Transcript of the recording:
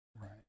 Right